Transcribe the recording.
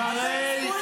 יא צבועים,